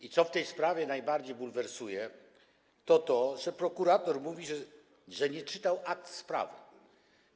To co w tej sprawie najbardziej bulwersuje, to to, że prokurator mówi, że nie czytał akt sprawy.